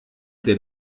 der